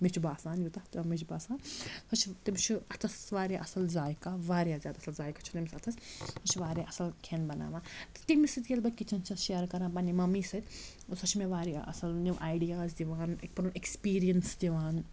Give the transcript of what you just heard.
مےٚ چھُ باسان یوٚتَتھ تام مےٚ چھُ باسان سۄ چھِ تٔمِس چھُ اَتھَس واریاہ اَصٕل ذایقہ واریاہ زیادٕ اَصٕل ذایقہ چھُ تٔمِس اَتھَس سُہ چھُ واریاہ اَصٕل کھٮ۪ن بَناوان تہٕ تٔمِس سۭتۍ ییٚلہِ بہٕ کِچَن چھَس شِیَر کَران پَننہِ ممی سۭتۍ سۄ چھِ مےٚ واریاہ اَصٕل نِو آیڈِیاز دِوان پَنُن ایٚکٕسپیٖریَنٕس دِوان